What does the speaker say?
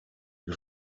bir